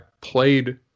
played